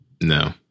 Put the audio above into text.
No